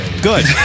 Good